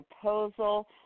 proposal